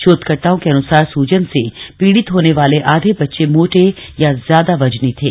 शोधकर्ताओं के अनुसार सूजन से पीडित होने वाले आधे बच्चे मोटे या ज्यादा वजनी थे